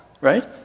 right